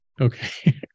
Okay